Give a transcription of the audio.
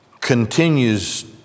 continues